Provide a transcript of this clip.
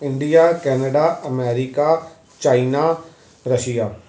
India Canada America China Russia